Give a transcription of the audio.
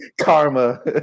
Karma